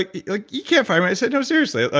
like, you like you can't fire me! i said, no, seriously.